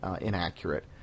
inaccurate